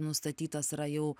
nustatytas yra jau